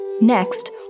Next